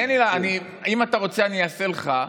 תן לי להגיד לך, אם אתה רוצה, אני אעשה לך,